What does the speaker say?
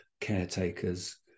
caretakers